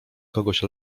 kogoś